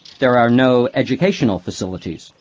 there are no educational facilities.